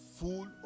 full